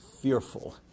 fearful